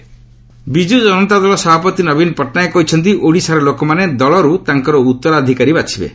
ଓଡ଼ିଶା ନବୀନ ପଟ୍ଟନାୟକ ବିଜ୍ଜ ଜନତା ଦଳ ସଭାପତି ନବୀନ ପଟ୍ଟନାୟକ କହିଛନ୍ତି ଓଡ଼ିଶାର ଲୋକମାନେ ଦଳରୁ ତାଙ୍କର ଉତ୍ତରାଧିକାରୀ ବାଛିବେ